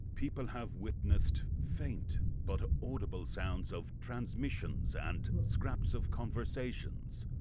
people have witnessed faint, but audible sounds of transmissions, and scraps of conversations.